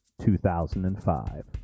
2005